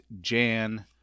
Jan